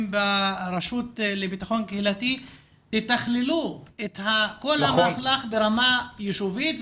ברשות לביטחון קהילתי תתכללו את כל המהלך ברמה יישובית.